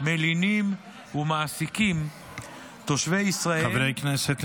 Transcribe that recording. מלינים ומעסיקים תושבי ישראל חברי הכנסת,